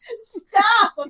Stop